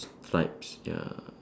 stripes ya